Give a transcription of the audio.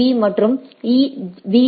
பீ மற்றும் இவை ஈபி